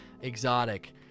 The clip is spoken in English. exotic